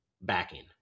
backing